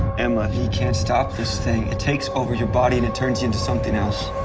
emma, he can't stop this thing. it takes over your body and it turns you into something else.